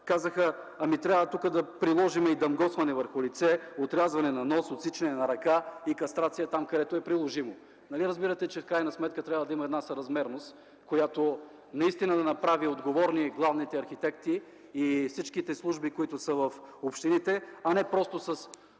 казаха: Ами трябва тук да приложим и дамгосване върху лице, отрязване на нос, отсичане на ръка и кастрация там, където е приложимо. Нали разбирате, че в крайна сметка трябва да има една съразмерност, която наистина да направи отговорни главните архитекти и всичките служби, които са в общините, а не просто с